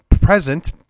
present